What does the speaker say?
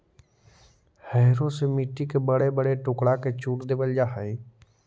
harrow से मट्टी के बड़े बड़े टुकड़ा के चूर देवल जा हई